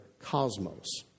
cosmos